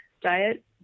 diet